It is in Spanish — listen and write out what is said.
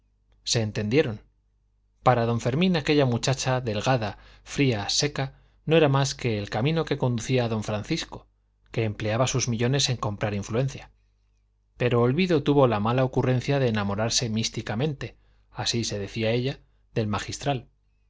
se entendieron para don fermín aquella muchacha delgada fría seca no era más que el camino que conducía a don francisco que empleaba sus millones en comprar influencia pero olvido tuvo la mala ocurrencia de enamorarse místicamente así se decía ella del magistral